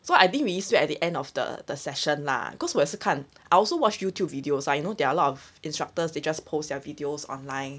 so I didn't really sweat at the end of the the session lah cause 我也是看 I also watch youtube videos I know there are a lot of instructors they just post their videos online